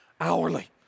hourly